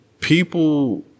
people